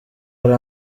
hari